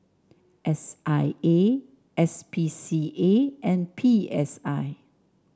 S I A S P C A and P S I